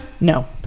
No